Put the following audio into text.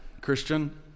Christian